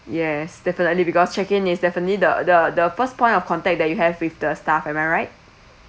yes definitely because check in is definitely the the the first point of contact that you have with the staff am I right